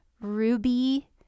ruby